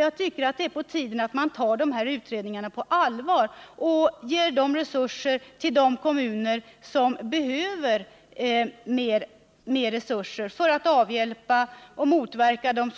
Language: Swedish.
Jag tycker att det är på tiden att man tar de här undersökningarna på allvar och ger resurser till de kommuner som behöver mera resurser för att avhjälpa och motverka de